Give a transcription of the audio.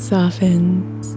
Softens